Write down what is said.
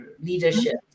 leadership